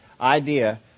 idea